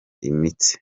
imitsi